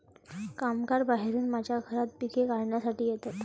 कामगार बाहेरून माझ्या घरात पिके काढण्यासाठी येतात